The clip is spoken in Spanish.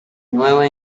nueva